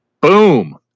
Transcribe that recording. Boom